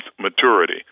maturity